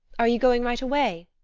are you going right away?